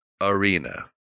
arena